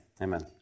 Amen